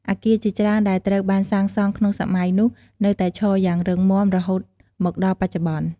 អគារជាច្រើនដែលត្រូវបានសាងសង់ក្នុងសម័យនោះនៅតែឈរយ៉ាងរឹងមាំរហូតមកដល់បច្ចុប្បន្ន។